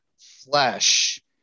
flesh